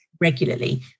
regularly